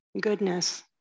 goodness